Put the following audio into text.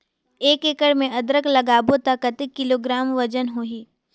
एक एकड़ मे अदरक लगाबो त कतेक किलोग्राम वजन होही?